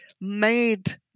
made